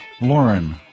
Lauren